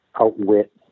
outwit